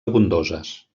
abundoses